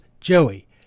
Joey